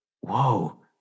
whoa